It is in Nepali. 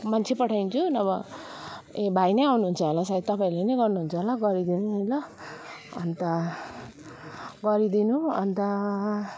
मान्छे पठाइदिन्छु नभए ए भाइ नै आउनु हुन्छ होला सायद तपाईँहरूले नै गर्नु हुन्छ होला गरिदिनु नि ल अन्त गरिदिनु अन्त